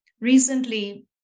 recently